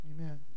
Amen